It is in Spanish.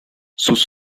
sus